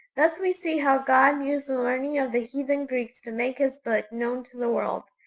thus we see how god used the learning of the heathen greeks to make his book known to the world!